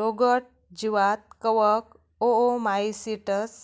रोगट जीवांत कवक, ओओमाइसीट्स,